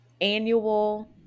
annual